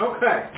Okay